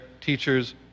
teachers